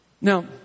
Now